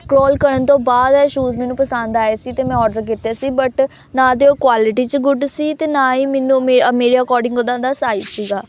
scroll ਕਰਨ ਤੋਂ ਬਾਅਦ ਆਹ ਸ਼ੂਜ ਮੈਨੂੰ ਪਸੰਦ ਆਏ ਸੀ ਅਤੇ ਮੈਂ ਔਡਰ ਕੀਤੇ ਸੀ ਬਟ ਨਾ ਤਾਂ ਤਾਂਹ ਕੁਆਲਿਟੀ 'ਚ ਗੁੱਡ ਸੀ ਅਤੇ ਨਾ ਹੀ ਮੈਨੂੰ ਮੇ ਮੇਰੇ ਅਕੋਡਿੰਗ ਉਹਦਾਂ ਦਾ ਸਾਈਜ਼ ਸੀਗਾ